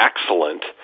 excellent